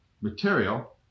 material